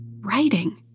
writing